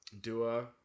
Dua